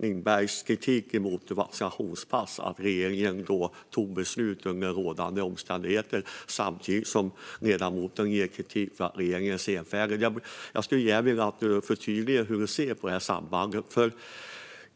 Lindbergs kritik mot vaccinationspass och att regeringen tog beslut under rådande omständigheter. Samtidigt kritiserar ledamoten regeringen för att vara senfärdig. Jag skulle vilja att ledamoten förtydligar hur hon ser på detta samband.